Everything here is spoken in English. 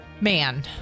Man